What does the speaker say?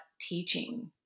teaching